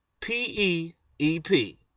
P-E-E-P